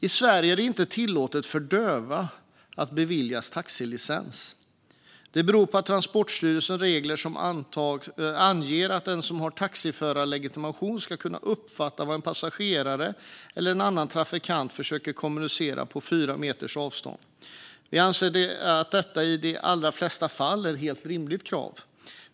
I Sverige är det inte tillåtet för döva att beviljas taxilicens. Det beror på Transportstyrelsens regler, som anger att den som har taxiförarlegitimation ska kunna uppfatta vad en passagerare eller annan trafikant försöker kommunicera på fyra meters avstånd. Vi anser att detta i de allra flesta fall är ett helt rimligt krav.